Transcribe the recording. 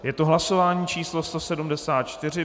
Je to hlasování číslo 174.